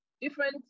different